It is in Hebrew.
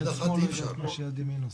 אי אפשר עם יד אחת.